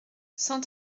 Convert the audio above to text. cent